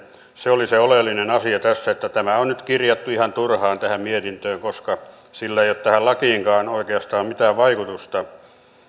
se oli se oleellinen asia tässä ja tämä on nyt kirjattu ihan turhaan tähän mietintöön koska sillä ei ole tähän lakiinkaan oikeastaan mitään vaikutusta